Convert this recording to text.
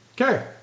okay